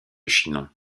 chinon